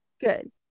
good